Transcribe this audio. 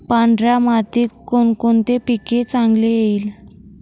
पांढऱ्या मातीत कोणकोणते पीक चांगले येईल?